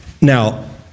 Now